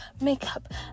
makeup